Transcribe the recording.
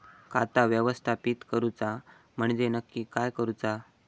खाता व्यवस्थापित करूचा म्हणजे नक्की काय करूचा?